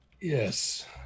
Yes